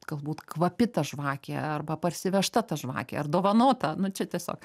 galbūt kvapi ta žvakė arba parsivežta ta žvakė ar dovanota nu čia tiesiog